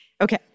Okay